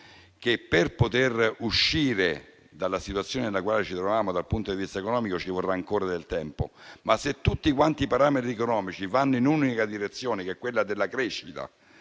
che, per poter uscire dalla situazione nella quale ci trovavamo dal punto di vista economico, ci vorrà ancora del tempo. Tuttavia, tutti i parametri economici vanno in un'unica direzione, quella della crescita